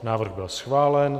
Návrh byl schválen.